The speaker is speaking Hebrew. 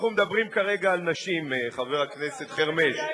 אנחנו מדברים כרגע על נשים, חבר הכנסת חרמש.